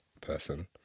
person